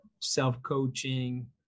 self-coaching